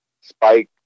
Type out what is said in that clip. spike